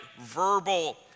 verbal